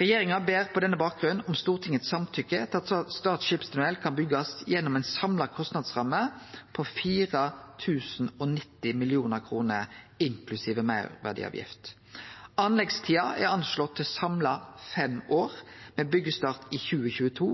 Regjeringa ber på denne bakgrunn om Stortinget sitt samtykke til at Stad skipstunnel kan byggjast gjennom ei samla kostnadsramme på 4 090 mill. kr inklusiv meirverdiavgift. Anleggstida er venta å bli på samla fem år. Med byggjestart i 2022